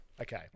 okay